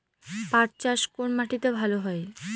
পাট চাষ কোন মাটিতে ভালো হয়?